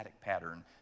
pattern